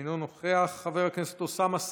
אינו נוכח, חבר הכנסת אוסאמה סעדי,